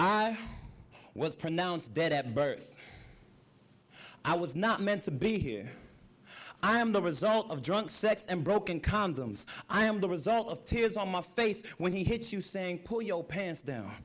i was pronounced dead at birth i was not meant to be here i am the result of drunk sex and broken condoms i am the result of tears on my face when he hits you saying pull your pants down